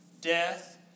death